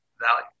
value